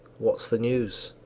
what's the news?